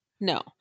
no